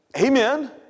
amen